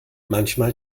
manchmal